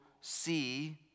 see